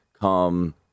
come